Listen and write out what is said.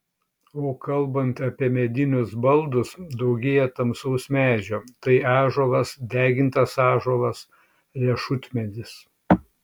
o kalbant apie medinius baldus daugėja tamsaus medžio tai ąžuolas degintas ąžuolas riešutmedis